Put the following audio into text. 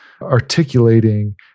articulating